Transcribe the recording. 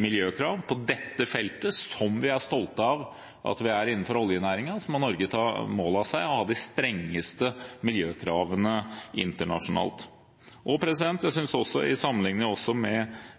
miljøkrav på dette feltet – som vi er stolte av at vi har innenfor oljenæringen – og Norge må ta mål av seg å ha de strengeste miljøkravene internasjonalt. Jeg synes også, til sammenlikning